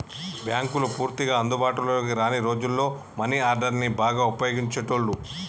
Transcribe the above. బ్యేంకులు పూర్తిగా అందుబాటులోకి రాని రోజుల్లో మనీ ఆర్డర్ని బాగా వుపయోగించేటోళ్ళు